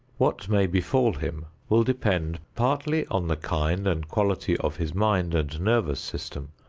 what may befall him will depend partly on the kind and quality of his mind and nervous system,